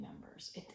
members